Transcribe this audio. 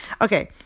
Okay